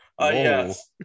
Yes